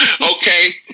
Okay